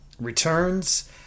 Returns